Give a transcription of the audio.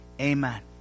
Amen